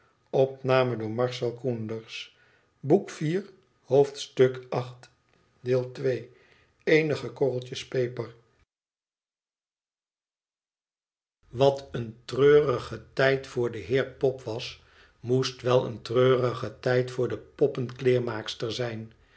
overlaadde wat een treurige tijd voor den heer pop was moest wel een treurige tijd voor de poppenkleermaakster zijn